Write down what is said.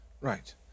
Right